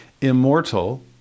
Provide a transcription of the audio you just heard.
immortal